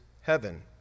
heaven